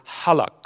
halak